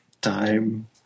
Time